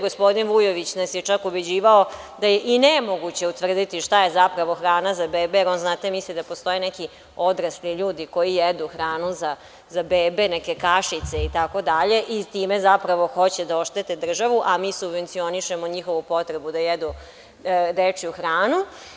Gospodin Vujović nas je čak ubeđivao da je i nemoguće utvrditi šta je zapravo hrana za bebe, on znate misli da postoje neki odrasli ljudi koji jedu hranu za bebe, neke kašice itd, i time zapravo hoće da oštete, a mi subvencionišemo njihovu potrebu da jedu dečiju hranu.